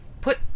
put